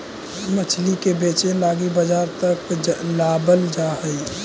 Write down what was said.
मछली के बेचे लागी बजार तक लाबल जा हई